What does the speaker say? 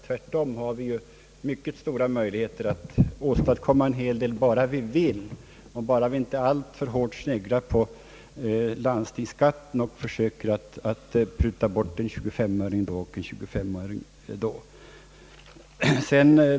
Tvärtom har vi mycket stora möjligheter att åstadkomma en hel del bara vi vill och bara vi inte alltför hårt sneglar på landstingsskatten och försöker pruta bort en tjugofemöring då och en då.